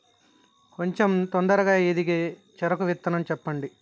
కొంచం తొందరగా ఎదిగే చెరుకు విత్తనం చెప్పండి?